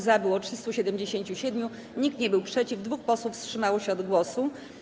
Za było 377, nikt nie był przeciw, 2 posłów wstrzymało się od głosu.